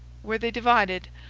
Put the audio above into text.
where they divided,